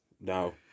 No